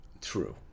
True